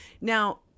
Now